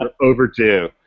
overdue